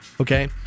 okay